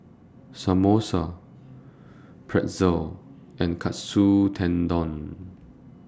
Samosa Pretzel and Katsu Tendon